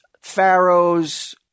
pharaohs